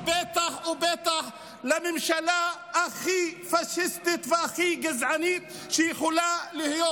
ובטח ובטח לממשלה הכי פשיסטית והכי גזענית שיכולה להיות.